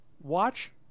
Watch